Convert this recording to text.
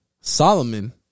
Solomon